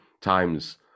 times